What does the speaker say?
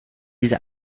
diese